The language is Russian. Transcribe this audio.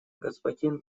господин